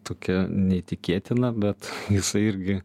tokia neįtikėtina bet jisai irgi